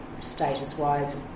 status-wise